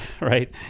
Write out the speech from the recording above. right